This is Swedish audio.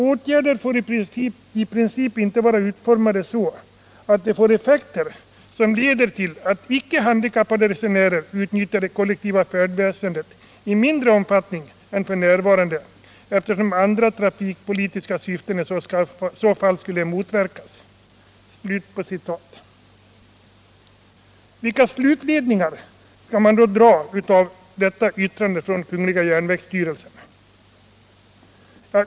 Åtgärder får i princip inte vara utformade så att de får effekter som leder till att icke-handikappade resenärer utnyttjar det kollektiva färdväsendet i mindre omfattning än för närvarande, eftersom andra trafikpolitiska syften i så fall skulle motverkas.” Vilka slutledningar skall man då dra av detta yttrande från kungl. järnvägsstyrelsen?